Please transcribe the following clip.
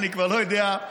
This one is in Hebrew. אני כבר לא יודע,